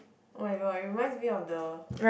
[oh]-my-god it reminds me of the